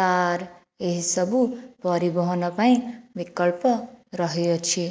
car ଏହିସବୁ ପରିବହନ ପାଇଁ ବିକଳ୍ପ ରହିଅଛି